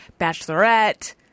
Bachelorette